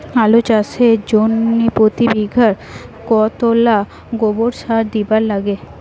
আলু চাষের জইন্যে প্রতি বিঘায় কতোলা গোবর সার দিবার লাগে?